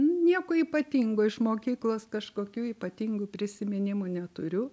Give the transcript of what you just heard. nieko ypatingo iš mokyklos kažkokių ypatingų prisiminimų neturiu